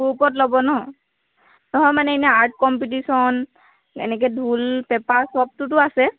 গ্ৰুপত ল'ব ন নহয় মানে ইনেই আৰ্ট কম্পিটিশ্যন এনেকৈ ঢোল পেঁপা চবটোতো আছে